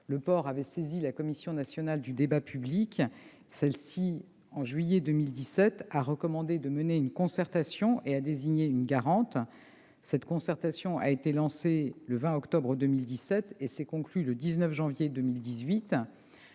Ce port a saisi la Commission nationale du débat public, qui a recommandé, en juillet 2017, de mener une concertation et qui a désigné une garante. Cette concertation a été lancée le 20 octobre 2017 et s'est conclue le 19 janvier